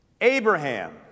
Abraham